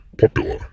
popular